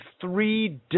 three